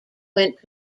went